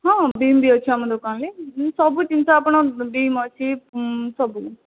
ହଁ ବିନ୍ ବି ଅଛି ଆମ ଦୋକାନରେ ସବୁ ଜିନିଷ ଆପଣ ବିନ୍ ଅଛି ସବୁ